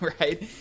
right